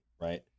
Right